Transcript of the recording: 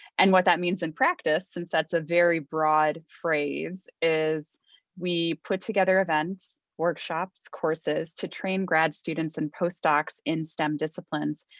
and what that means in practice, since that's a very broad phrase is we put together events, workshops, courses, to train grad students and postdocs in stem disciplines,